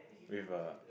with a